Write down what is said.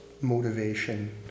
motivation